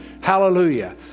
Hallelujah